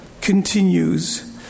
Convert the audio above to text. continues